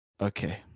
Okay